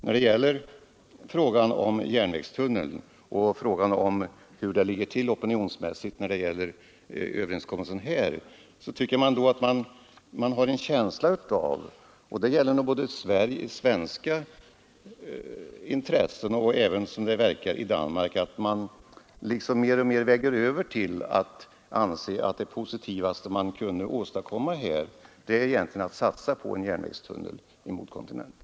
Jag har en känsla av att opinionen — det gäller både den svenska och, som det verkar den danska — mer och mer väger över till att anse att det mest positiva man kan åstadkomma med denna överenskommelse är att satsa på en järnvägstunnel mot kontinenten.